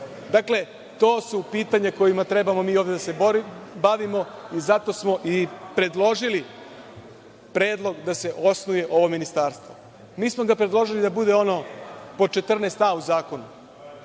prosvete. To su pitanja kojima treba mi ovde da se bavimo. Zato smo i predložili predlog da se osnuje ovo ministarstvo. Mi smo predložili da bude ono pod 14a u zakonu,